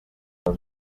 aho